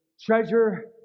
treasure